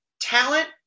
talent